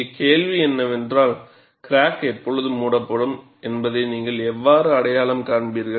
இங்கே கேள்வி என்னவென்றால் கிராக் எப்போது மூடப்படும் என்பதை நீங்கள் எவ்வாறு அடையாளம் காண்பீர்கள்